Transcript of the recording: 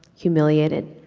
humiliated,